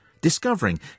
discovering